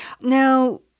Now